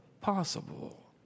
possible